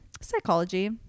Psychology